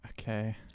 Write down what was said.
Okay